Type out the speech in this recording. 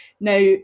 Now